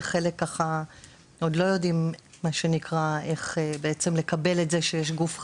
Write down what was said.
וחלק עוד לא יודעים איך לקבל את זה שיש גוף חדש.